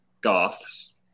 Goths